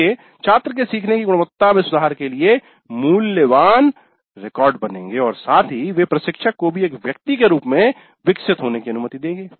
ये छात्र के सीखने की गुणवत्ता में सुधार के लिए मूल्यवान रिकॉर्ड बनेंगे और साथ ही वे प्रशिक्षक को भी एक व्यक्ति के रूप में विकसित होने की अनुमति देंगे